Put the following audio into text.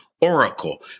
oracle